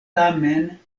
tamen